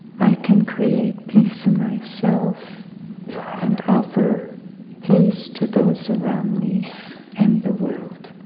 i can create peace in myself and offer peace to those around me and the world.